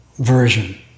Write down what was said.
version